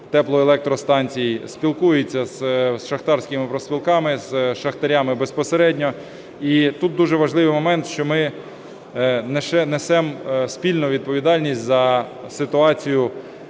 теплоелектростанцій, спілкується з шахтарськими профспілками, з шахтарями безпосередньо. І тут дуже важливий момент, що ми несемо спільну відповідальність за ситуацію